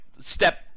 step